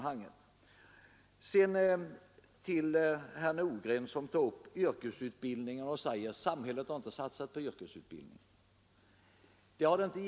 Herr Nordgren tog upp frågan om yrkesutbildningen och sade att samhället inte hade satsat tillräckligt på den.